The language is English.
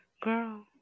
Girl